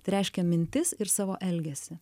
tai reiškia mintis ir savo elgesį